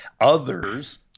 others